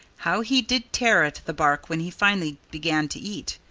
how he did tear at the bark, when he finally began to eat!